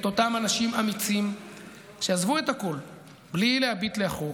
אותם אנשים אמיצים שעזבו את הכול בלי להביט לאחור,